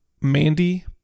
Mandy